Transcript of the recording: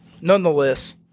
Nonetheless